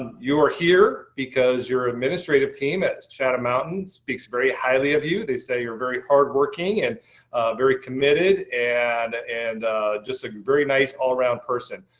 and you are here because your administrative team at shadow mountain speaks very highly of you. they say you're very hardworking and very committed and and just a very nice all-around person.